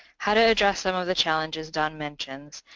how to address some of the challenges dawn mentions,